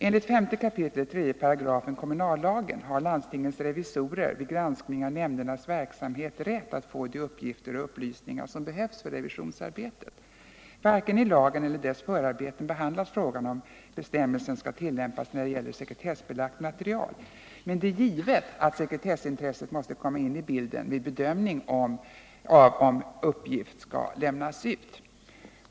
Enligt 5 kap. 3 § kommunallagen har landstingens revisorer vid granskning av nämndernas verksamhet rätt att få de uppgifter och upplysningar som behövs för revisionsarbetet. Varken i lagen eller dess förarbeten behandlas frågan hur bestämmelsen skall tillämpas när det gäller sekretessbelagt material men det är givet att sekretessintresset måste komma in i bilden vid bedömningen av om uppgifter skall lämnas ut.